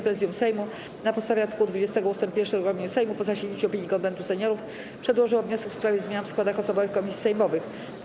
Prezydium Sejmu na podstawie art. 20 ust. 1 regulaminu Sejmu, po zasięgnięciu opinii Konwentu Seniorów, przedłożyło wniosek w sprawie zmian w składach osobowych komisji sejmowych.